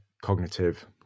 cognitive